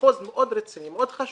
מחוז מאוד רציני, מאוד חשוב